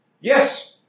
yes